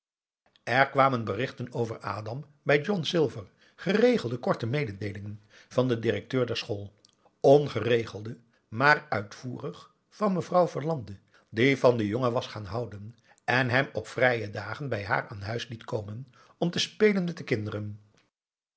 er kwamen berichten over adam bij ohn ilver geregelde korte mededeelingen van den directeur der school ongeregelde maar uitvoerig van mevrouw verlande die van den jongen was gaan houden en hem op vrije dagen bij haar aan huis liet komen om te spelen met de kinderen